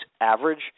average